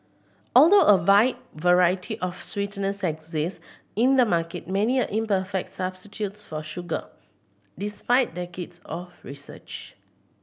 although a wide variety of sweeteners exist in the market many are imperfect substitutes for sugar despite decades of research